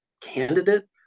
candidate